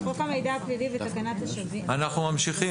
חוק המידע הפלילי ותקנות השבים,